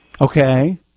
Okay